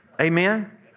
Amen